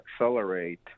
accelerate